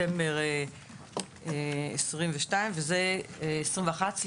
בספטמבר 2021,